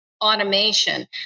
automation